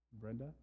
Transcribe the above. Brenda